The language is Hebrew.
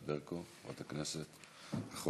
חברת הכנסת ענת ברקו,